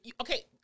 Okay